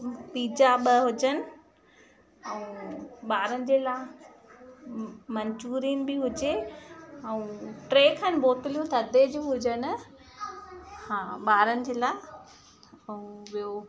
pizza ॿ हुजनि ऐं ॿारनि जे लाइ मंचुरियन बि हुजे ऐं टे खनि बोतलियूं थधे जी हुजनि हा ॿारनि जे लाइ ऐं ॿियो